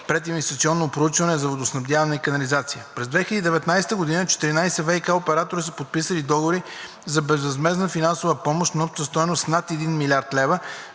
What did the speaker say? прединвестиционно проучване за водоснабдяване и канализация. През 2019 г. 14 ВиК оператора са подписали договори за безвъзмездна финансова помощ на обща стойност над 1 млрд. лева